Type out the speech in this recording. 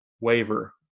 waiver